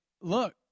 look